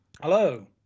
Hello